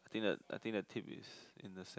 I think the I think the tip is in the sand